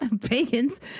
Pagans